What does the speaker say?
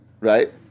Right